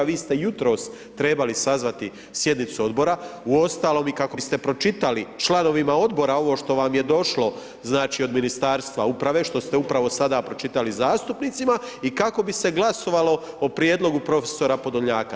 A vi ste jutros trebali sazvati sjednicu Odbora uostalom i kako biste pročitali članovima Odbora ovo što vam je došlo znači od Ministarstva uprave, što ste upravo sada pročitali zastupnicima i kako bi se glasovalo o prijedlogu prof. Podolnjaka.